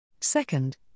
Second